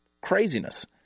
craziness